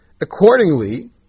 Accordingly